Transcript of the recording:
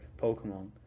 Pokemon